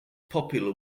popular